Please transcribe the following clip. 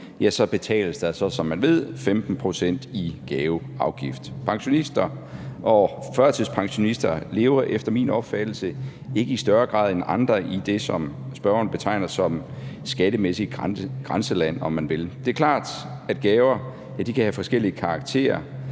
ja, så betales der så, som man ved, 15 pct. i gaveafgift. Pensionister og førtidspensionister lever efter min opfattelse ikke i større grad end andre i det, som spørgeren betegner som skattemæssigt grænseland, om man vil. Det er klart, at gaver kan have forskellig karakter,